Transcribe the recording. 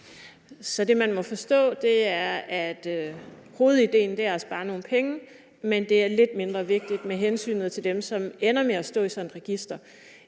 Så det, man må forstå, er, at hovedidéen er at spare nogle penge, men at det er lidt mindre vigtigt med hensynet til dem, som ender med at stå i sådan et register.